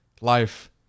life